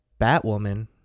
Batwoman